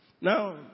Now